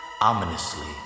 ominously